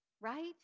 Right